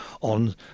on